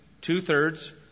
two-thirds